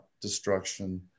destruction